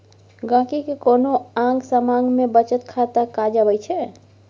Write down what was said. गांहिकी केँ कोनो आँग समाँग मे बचत खाता काज अबै छै